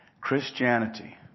Christianity